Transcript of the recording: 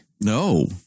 No